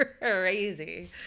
crazy